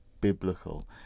biblical